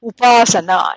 Upasana